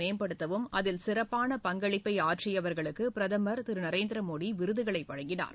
மேம்படுத்தவும் அதில் சிறப்பான பங்களிப்பை ஆற்றியவர்களுக்கு பிரதமர் திரு நரேந்திர மோடி விருதுகளை வழங்கினார்